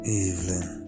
evening